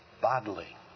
bodily